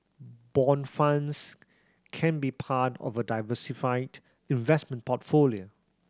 bond funds can be part of a diversified investment portfolio